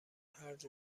هرج